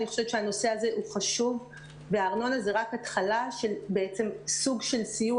אני חושבת שהנושא הזה חשוב והארנונה זה רק התחלה לסוג של סיוע.